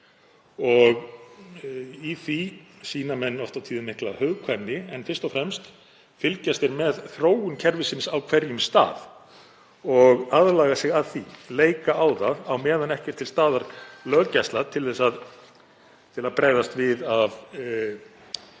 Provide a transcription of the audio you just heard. og í því sýna menn oft og tíðum mikla hugkvæmni en fyrst og fremst fylgjast þeir með þróun kerfisins á hverjum stað og aðlaga sig að því, leika á það, á meðan ekki er til staðar löggæsla til að bregðast við af